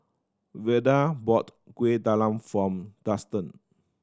Velda bought Kueh Talam form Dustan